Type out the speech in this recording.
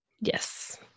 Yes